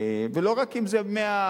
ולא רק אם זה 100,